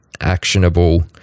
actionable –